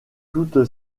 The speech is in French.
toute